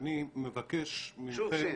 אני מבקש מכם